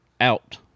out